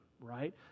right